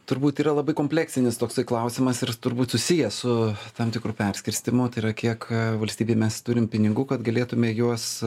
turbūt yra labai kompleksinis toksai klausimas ir jis turbūt susijęs su tam tikru perskirstymu tai yra kiek valstybei mes turim pinigų kad galėtume juos